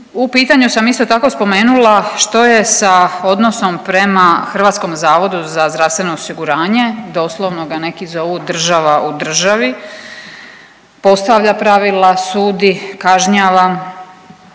U pitanju sam isto tako spomenula što je sa odnosom prema Hrvatskom zavodu za zdravstveno osiguranje, doslovno ga neki zovu država u državi postavlja pravila, sudi, kažnjava